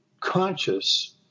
conscious